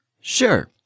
Sure